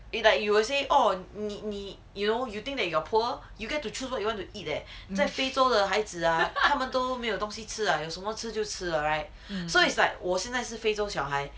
it's like you will say orh 你你 you know you think that you are poor you get to choose what you want to eat leh the 在非洲的孩子啊他们都没有东西吃了有什么东西吃就吃 right so it's like 我现在是非洲小孩